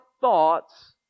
thoughts